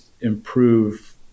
improve